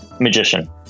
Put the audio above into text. Magician